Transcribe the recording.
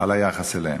ביחס אליהם.